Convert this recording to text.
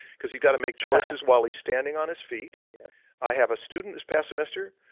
because you got to make choices while he's standing on his feet. yeah i have a student this past semester,